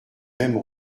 même